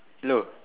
hello